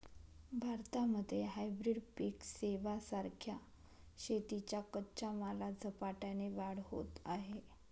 भारतामध्ये हायब्रीड पिक सेवां सारख्या शेतीच्या कच्च्या मालात झपाट्याने वाढ होत आहे